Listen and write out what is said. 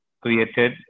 created